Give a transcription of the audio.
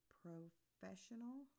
professional